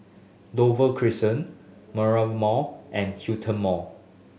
Dover Crescent Mall and Hillion Mall